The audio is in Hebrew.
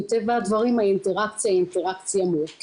מטבע הדברים האינטראקציה היא מורכבת,